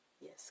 Yes